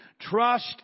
Trust